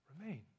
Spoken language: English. Remain